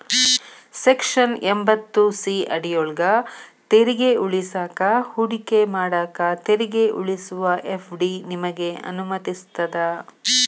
section ಎಂಭತ್ತು C ಅಡಿಯೊಳ್ಗ ತೆರಿಗೆ ಉಳಿಸಾಕ ಹೂಡಿಕೆ ಮಾಡಾಕ ತೆರಿಗೆ ಉಳಿಸುವ ಎಫ್.ಡಿ ನಿಮಗೆ ಅನುಮತಿಸ್ತದ